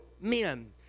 men